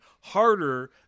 harder